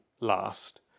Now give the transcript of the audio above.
last